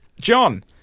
John